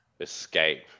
escape